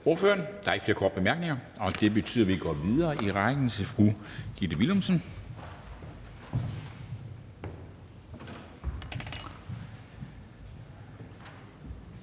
ordføreren. Der er ikke flere korte bemærkninger, og det betyder, at vi går videre i rækken til fru Gitte Willumsen,